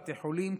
בתי חולים,